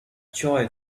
joy